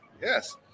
Yes